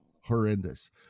horrendous